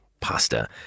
pasta